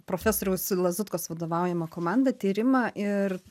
profesoriaus lazutkos vadovaujama komanda tyrimą ir